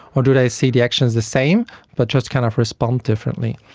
or do they see the actions the same but just kind of respond differently?